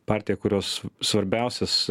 partija kurios svarbiausias